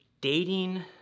dating